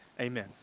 amen